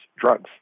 drugs